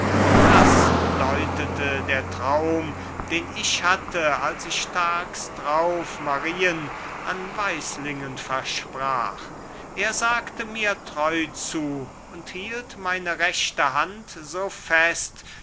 das deutete der traum den ich hatte als ich tags darauf marien an weislingen versprach er sagte mir treu zu und hielt meine rechte hand so fest